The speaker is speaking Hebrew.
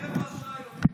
רבע שעה יותר.